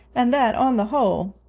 and that, on the whole,